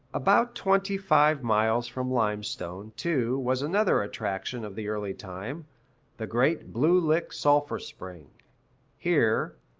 about twenty-five miles from limestone, too, was another attraction of the early time the great blue lick sulphur spring here,